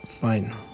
Fine